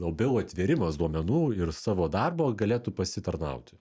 labiau atvėrimas duomenų ir savo darbo galėtų pasitarnauti